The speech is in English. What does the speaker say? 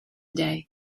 day